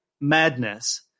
Madness